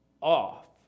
off